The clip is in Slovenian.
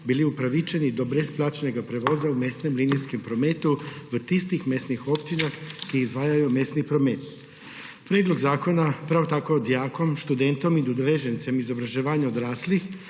bili upravičeni do brezplačnega prevoza v mestnem linijskem prometu v tistih mestnih občinah, ki izvajajo mestni promet. Predlog zakona prav tako dijakom, študentom in udeležencem izobraževanja odraslih